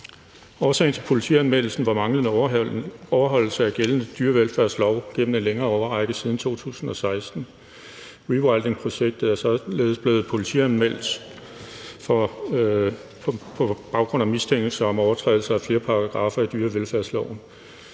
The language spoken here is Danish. Årsagen til politianmeldelsen var manglende overholdelse af gældende dyrevelfærdslov gennem en længere årrække siden 2016. Rewildingprojektet er således blevet politianmeldt på baggrund af mistanke om overtrædelse af flere paragraffer i dyrevelfærdsloven.